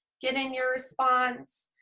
get in your response.